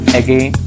again